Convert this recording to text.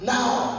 Now